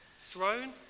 throne